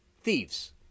Thieves